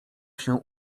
się